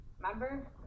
remember